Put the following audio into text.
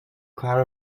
clara